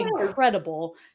incredible